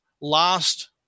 last